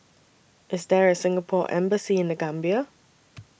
IS There A Singapore Embassy in The Gambia